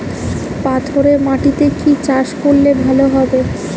পাথরে মাটিতে কি চাষ করলে ভালো হবে?